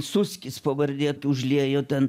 suskis pavardė užliejo ten